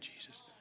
Jesus